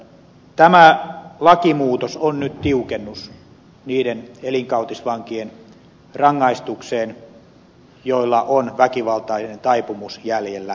tämä lakimuutos on nyt tiukennus niiden elinkautisvankien rangaistukseen joilla on väkivaltainen taipumus jäljellä